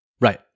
Right